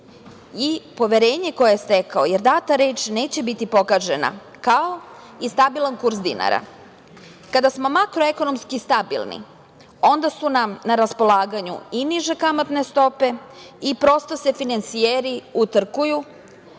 i poverenje koje je stekao, jer data reč neće biti pogažena, kao i stabilan kurs dinara. Kada smo makro ekonomski stabilni, onda su nam na raspolaganju i niže kamatne stope i prosto se finansijeri utrkuju